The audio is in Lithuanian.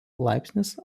laipsnis